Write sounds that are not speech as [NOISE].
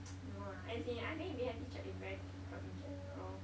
[NOISE] no lah as in I think being a teacher is very difficult in general